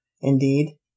indeed